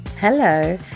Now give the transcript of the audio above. Hello